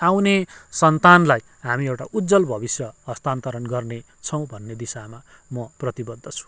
आउने सन्तानलाई हामी एउटा उज्ज्वल भविष्य हस्तान्तरण गर्नेछौँ भन्ने दिशामा म प्रतिबद्ध छु